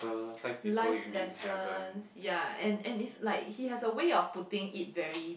life's lessons ya and and it's like he has a way of putting it very